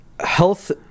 Health